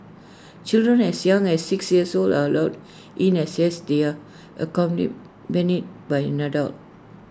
children as young as six years old are allowed in as this they are accompanied many by an adult